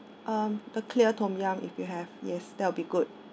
um the clear tom yum if you have yes that will be good